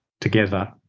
together